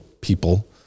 people